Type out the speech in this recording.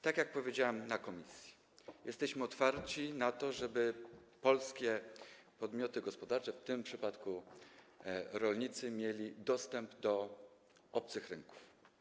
Tak jak powiedziałem w komisji, jesteśmy otwarci na to, żeby polskie podmioty gospodarcze - w tym przypadku rolnicy - miały dostęp do obcych rynków.